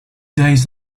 days